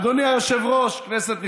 אדוני היושב-ראש, כנסת נכבדה,